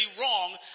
wrong